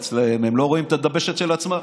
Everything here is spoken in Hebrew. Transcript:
הרי הם לא רואים את הדבשת של עצמם,